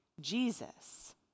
Jesus